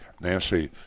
Nancy